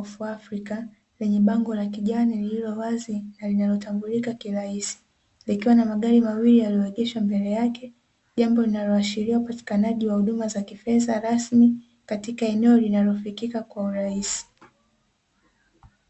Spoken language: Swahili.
of Africa" lenye bango la kijani lililo wazi na linalotambulika kirahisi, likiwa na magari mawili yalioegeshwa mbele yake, jambo linaloashiria upatikanaji wa huduma za kifedha rasmi katika eneo linalofikia kwa urahisi.